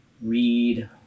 read